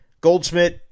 Goldsmith